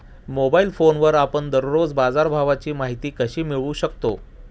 Mobile फोनवर आपण दररोज बाजारभावाची माहिती कशी मिळवू शकतो?